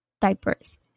diapers